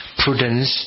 prudence